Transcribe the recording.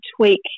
tweak